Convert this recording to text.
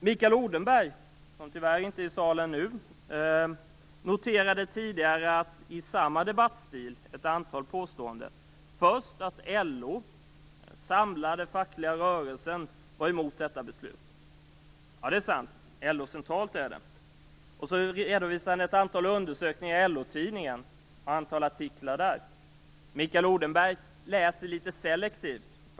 Mikael Odenberg - som tyvärr inte är i salen nu - noterade tidigare i samma debattstil ett antal påståenden. Först att LO, den samlade fackliga rörelsen, var emot detta beslut. Ja, det är sant. LO centralt är det. Sedan redovisade han ett antal undersökningar i LO Mikael Odenberg läser litet selektivt.